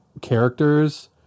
characters